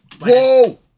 Whoa